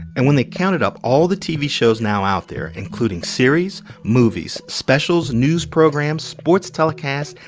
and when they counted up all the tv shows now out there including series, movies, specials, news programs, sports telecasts,